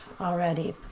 already